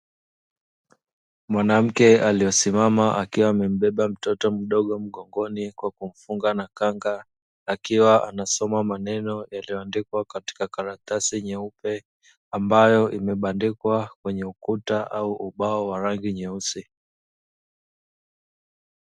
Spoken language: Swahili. Mwanamke aliyesimama akiwa amembeba mtoto mdogo mgongoni kwa kumfunga na kanga, akiwa anasoma maneno yaliyoandikwa katika karatasi nyeupe, ambayo imebandikwa kwenye ukuta au ubao wa rangi nyeusi.